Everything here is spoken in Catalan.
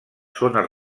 zones